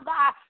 God